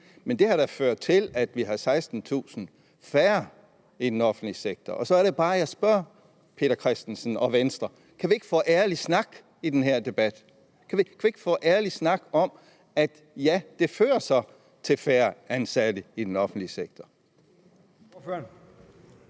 Men det har da ført til, at vi har 16.000 færre i den offentlige sektor. Så er det bare, jeg spørger hr. Peter Christensen og Venstre: Kan vi ikke få ærlig snak i den her debat? Kan vi ikke få en ærlig snak om, at det så fører til færre offentligt ansatte i den offentlige sektor?